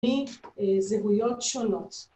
מזהויות שונות.